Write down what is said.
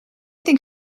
think